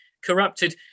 corrupted